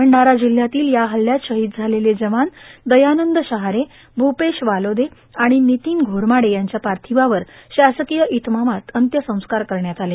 भंडारा जिल्ह्यातील या हल्ल्यात शहीद झालेले जवान दयानंद शहारे भूपेश वालोदे आणि नितीन घोरमाडे यांच्या पार्थिवावर शासकीय इतमामात अंत्यसंस्कार करण्यात आले